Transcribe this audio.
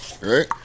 right